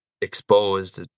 exposed